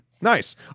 Nice